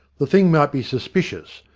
the thing might be suspicious,